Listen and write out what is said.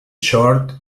short